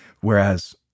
Whereas